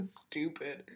stupid